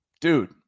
Dude